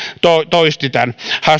toisti tämän hassutuksen